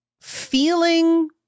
feeling